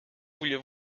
vouliez